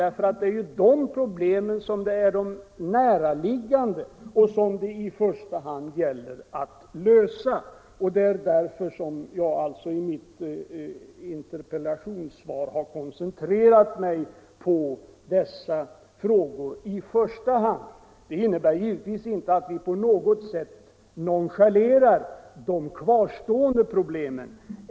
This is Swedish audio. Det är ju de problemen som är de mest näraliggande och som det i första hand gäller att lösa. Det är därför som jag i mitt interpellationssvar har koncentrerat mig på dessa frågor. Det innebär givetvis inte att vi på något sätt nonchalerar de kvarstående frågorna.